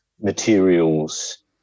materials